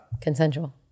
Consensual